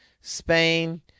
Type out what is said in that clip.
Spain